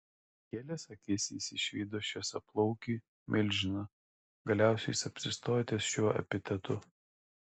pakėlęs akis jis išvydo šviesiaplaukį milžiną galiausiai jis apsistojo ties šiuo epitetu